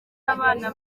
abana